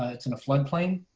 ah it's in a floodplain.